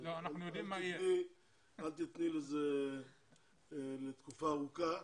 אל תיתני לזה תקופה ארוכה.